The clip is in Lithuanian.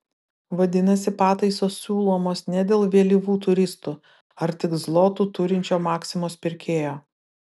vadinasi pataisos siūlomos ne dėl vėlyvų turistų ar tik zlotų turinčio maksimos pirkėjo